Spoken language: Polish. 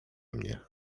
mnie